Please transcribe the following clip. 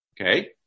Okay